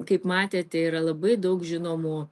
kaip matėte yra labai daug žinomų